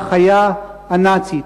בחיה הנאצית.